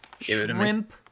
Shrimp